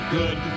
good